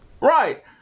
Right